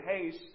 haste